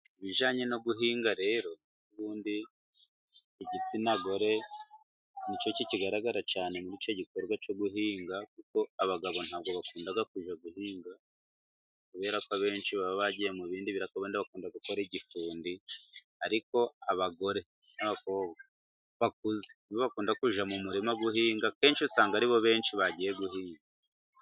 Ibijyanye no guhinga rero ubundi igitsina gore ni cyo kikigaragara cyane muri icyo gikorwa cyo guhinga, kuko abagabo ntabwo bakunda kujya guhinga kubera ko abenshi baba bagiye mu bindi biraka, wenda bakunda gukora igifundi, ariko abagore n'abakobwa bakuze ni bo bakunda kujya mu murima guhinga. Kenshi usanga aribo benshi bagiye guhinga.